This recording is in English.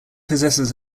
possesses